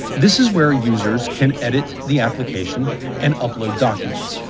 this is where users can edit the application and upload documents,